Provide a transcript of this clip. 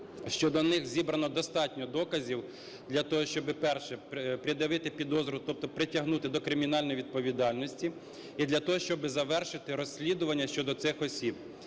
щодо них зібрано достатньо доказів для того, щоб, перше, пред'явити підозру, тобто притягнути до кримінальної відповідальності. І для того, щоб завершити розслідування щодо цих осіб.